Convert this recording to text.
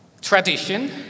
tradition